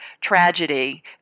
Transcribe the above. tragedy